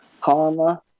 karma